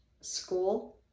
school